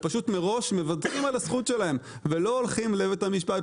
ופשוט מראש מוותרים על הזכות שלהם ולא הולכים לבית המשפט,